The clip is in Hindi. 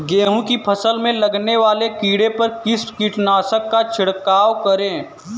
गेहूँ की फसल में लगने वाले कीड़े पर किस कीटनाशक का छिड़काव करें?